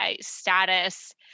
status